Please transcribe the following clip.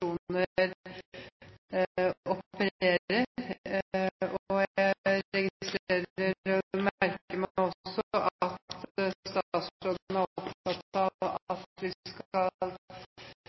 opererer. Jeg registrerer og merker meg også at statsråden er opptatt av at